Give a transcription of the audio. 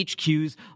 HQ's